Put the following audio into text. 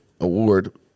award